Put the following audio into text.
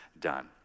done